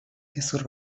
gezur